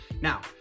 now